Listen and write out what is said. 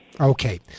Okay